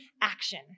action